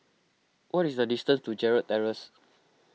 what is the distance to Gerald Terrace